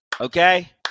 Okay